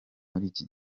iki